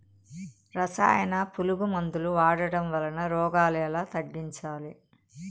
రసాయన పులుగు మందులు వాడడం వలన రోగాలు ఎలా తగ్గించాలి?